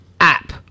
app